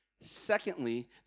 Secondly